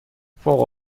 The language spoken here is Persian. فوق